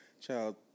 child